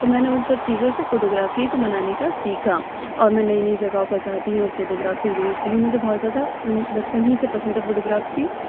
تو میں نے اُن سب چیزوں سے فوٹو گرافی کو بنانے کا سیکھا اور میں نئی نئی جگہوں پر جاتی ہوں فوٹو گرافی ہوں مجھے بہت زیادہ بچپن ہی سے پسند تھا فوٹو گرافی